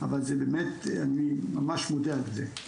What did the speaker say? ואני ממש מודה על זה.